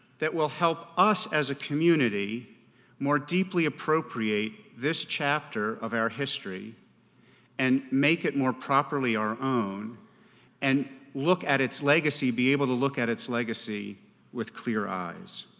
that will help us as a community more deeply appropriate this chapter of our history and make it more properly our own and look at its legacy, be able to look at its legacy with clear eyes.